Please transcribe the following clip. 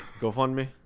GoFundMe